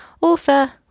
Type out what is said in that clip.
Author